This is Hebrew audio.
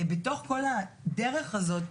ובתוך כל הדרך הזאת,